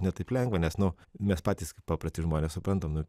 ne taip lengva nes nu mes patys paprasti žmonės suprantam